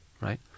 right